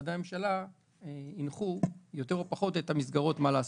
משרדי הממשלה הנחו יותר או פחות את המסגרות מה לעשות.